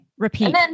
Repeat